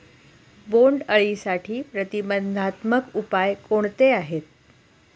बोंडअळीसाठी प्रतिबंधात्मक उपाय कोणते आहेत?